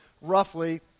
roughly